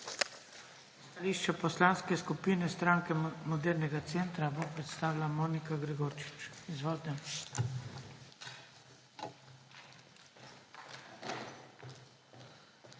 Stališče Poslanske skupine Stranke modernega centra bo predstavila Monika Gregorčič. Izvolite.